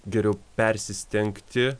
geriau persistengti